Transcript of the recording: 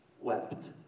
wept